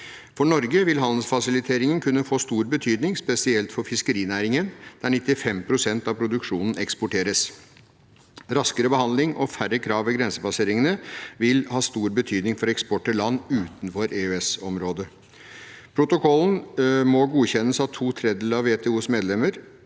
For Norge vil handelsfasilitering kunne få stor betydning, spesielt for fiskerinæringen, der 95 pst. av produksjonen eksporteres. Raskere behandling og færre krav ved grensepasseringene vil ha stor betydning for eksport til land utenfor EØS-området. Protokollen må godkjennes av to tredjedeler av WTOs medlemmer